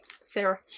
Sarah